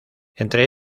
entre